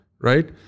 right